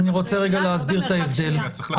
אבל לא במרחק שמיעה.